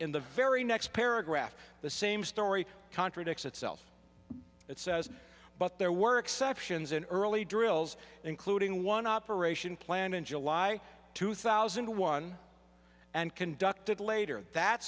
in the very next paragraph the same story contradicts itself it says but there were exceptions in early drills including one operation planned in july two thousand and one and conducted later that